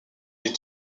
est